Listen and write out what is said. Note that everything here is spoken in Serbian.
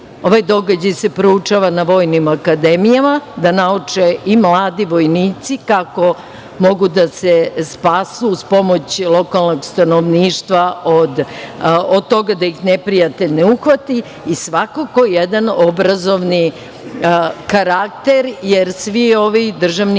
Ovaj događaj se proučava na vojnim akademijama, da nauče i mladi vojnici kako mogu da se spasu uz pomoć lokalnog stanovništva od toga da ih neprijatelj ne uhvati i svakako jedan obrazovni karakter, jer svi ovi državni